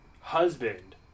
husband